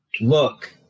look